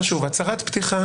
הצהרת פתיחה